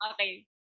okay